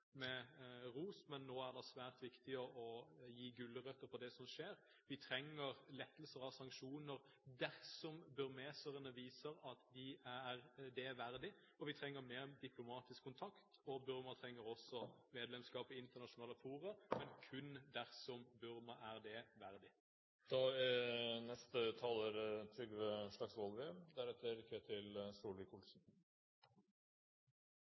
med ros, men nå er det svært viktig å gi gulrøtter med tanke på det som skjer. Man trenger lettelser av sanksjoner dersom burmeserne viser at de er det verdig, og vi trenger mer diplomatisk kontakt. Burma trenger også medlemskap i internasjonale fora, men kun dersom Burma er det verdig.